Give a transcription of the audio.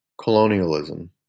colonialism